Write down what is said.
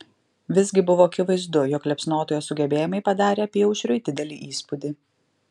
visgi buvo akivaizdu jog liepsnotojo sugebėjimai padarė apyaušriui didelį įspūdį